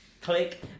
Click